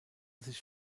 sich